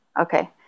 Okay